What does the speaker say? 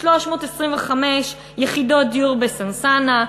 325 יחידות דיור בסנסנה,